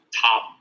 top